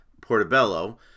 Portobello